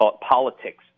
politics